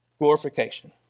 glorification